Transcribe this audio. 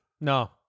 No